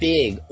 big